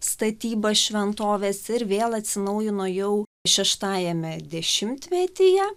statybą šventovės ir vėl atsinaujino jau šeštajame dešimtmetyje